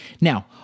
Now